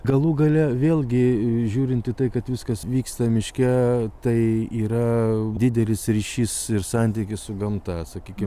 galų gale vėlgi žiūrint į tai kad viskas vyksta miške tai yra didelis ryšys ir santykis su gamta sakyki